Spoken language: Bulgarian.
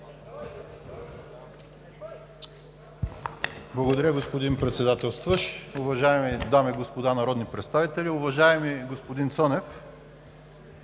Благодаря, господин Председателстващ. Уважаеми дами и господа народни представители! Уважаеми господин Цонев,